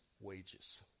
wages